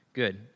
good